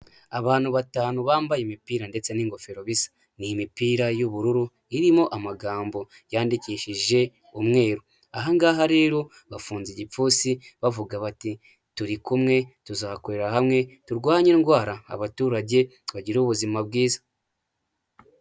Abantu batanu bambaye imipira ndetse n'ingofero bisa ni imipira y'ubururu, irimo amagambo yandikishije umweru, aha ngaha rero bafunze igipfunsi bavuga bati, turi kumwe tuzakorera hamwe turwanye indwara, abaturage bagire ubuzima bwiza.